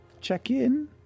Check-in